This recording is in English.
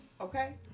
Okay